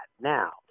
Now